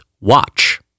watch